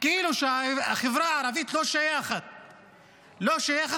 כאילו שהחברה הערבית לא שייכת לאזרחים,